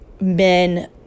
men